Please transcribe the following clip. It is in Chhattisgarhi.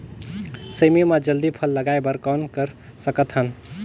सेमी म जल्दी फल लगाय बर कौन कर सकत हन?